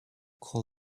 call